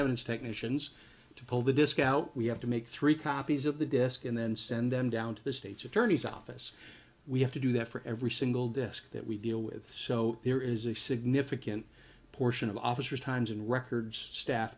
evidence technicians to pull the disk out we have to make three copies of the disk and then send them down to the states attorney's office we have to do that for every single desk that we deal with so there is a significant portion of officers times in records staff